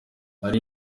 hari